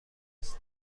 است